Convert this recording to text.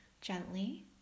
gently